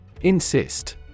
Insist